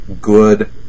good